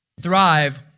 thrive